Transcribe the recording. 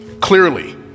clearly